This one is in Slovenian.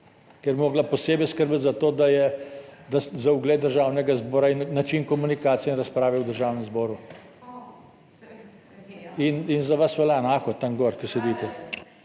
ker bi morala posebej skrbeti za to, da je za ugled Državnega zbora in način komunikacije in razprave v Državnem zboru. In za vas velja enako tam gor, ki sedite.